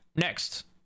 Next